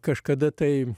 kažkada tai